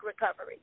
recovery